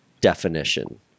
definition